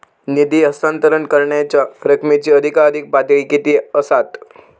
निधी हस्तांतरण करण्यांच्या रकमेची अधिकाधिक पातळी किती असात?